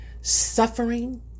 suffering